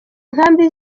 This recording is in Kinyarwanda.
nkambi